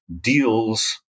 deals